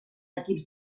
equips